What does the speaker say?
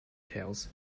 tales